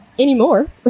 anymore